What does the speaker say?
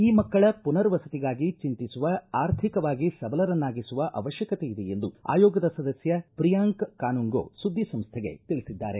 ಈ ಮಕ್ಕಳ ಮನರ್ವಸತಿಗಾಗಿ ಚೆಂತಿಸುವ ಆರ್ಥಿಕವಾಗಿ ಸಬಲರನ್ನಾಗಿಸುವ ಅವಶ್ಯಕತೆ ಇದೆ ಎಂದು ಆಯೋಗದ ಸದಸ್ಯ ಪ್ರಿಯಾಂಕ್ ಕಾನುಂಗೊ ಸುದ್ದಿಸಂಸ್ಥೆಗೆ ತಿಳಿಸಿದ್ದಾರೆ